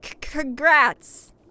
Congrats